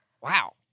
Wow